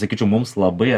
sakyčiau mums labai